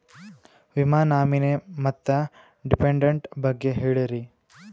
ವಿಮಾ ನಾಮಿನಿ ಮತ್ತು ಡಿಪೆಂಡಂಟ ಬಗ್ಗೆ ಹೇಳರಿ?